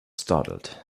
startled